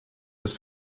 das